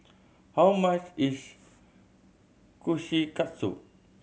how much is Kushikatsu